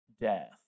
death